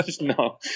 No